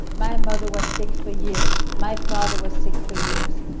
my mother was sick for years, my father was sick for years,